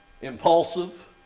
impulsive